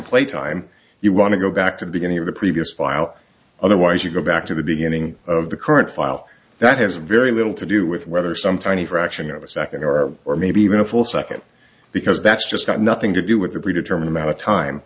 play time you want to go back to the beginning of the previous file otherwise you go back to the beginning of the current file that has very little to do with whether some tiny fraction of a second or or maybe even a full second because that's just got nothing to do with the predetermine amount of time